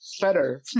better